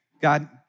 God